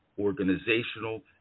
Organizational